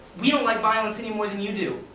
we don't like violence any more than you do.